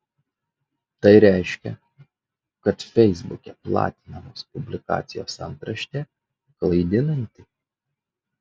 tai reiškia kad feisbuke platinamos publikacijos antraštė klaidinanti